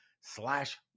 slash